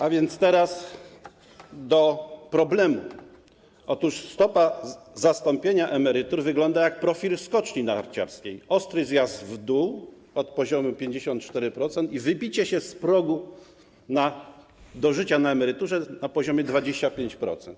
A więc teraz do problemu: Otóż stopa zastąpienia emerytur wygląda jak profil skoczni narciarskiej - ostry zjazd w dół od poziomu 54% i wybicie się z progu do życia na emeryturze na poziomie 25%.